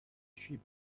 sheep